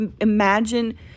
imagine